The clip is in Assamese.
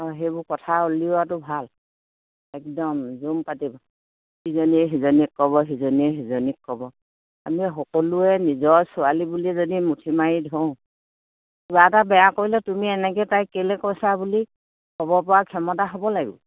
অঁ সেইবোৰ কথা উলিওৱাটো ভাল একদম জুম পাতি সিজনীয়ে সিজনীক ক'ব সিজনীয়ে সিজনীক ক'ব আমি সকলোৱে নিজৰ ছোৱালী বুলি যদি মুঠি মাৰি ধৰো কিবা এটা বেয়া কৰিলে তুমি এনেকৈ তাই কেলৈ কৈছা বুলি ক'ব পৰাৰ ক্ষমতা হ'ব লাগিব